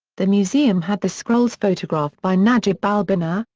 the museum had the scrolls photographed by najib albina,